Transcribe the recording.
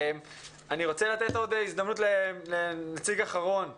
אני רוצה לתת עוד הזדמנות לנציג אחרון לדבר,